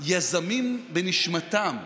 יזמים בנשמתם,